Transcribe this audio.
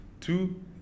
two